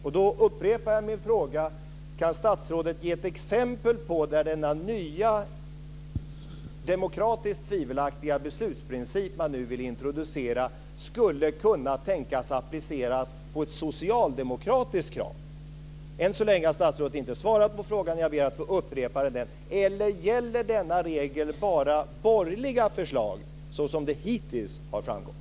Jag upprepar min fråga: Kan statsrådet ge ett exempel på ett socialdemokratiskt krav där denna nya demokratiskt tvivelaktiga beslutsprincip som man nu vill introducera skulle kunna tänkas appliceras? Än så länge har statsrådet inte svarat på frågan. Jag ber därför att få upprepa den. Eller gäller denna regel bara borgerliga förslag såsom det hittills har framgått?